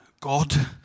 God